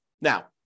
Now